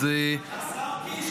השר קיש,